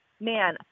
man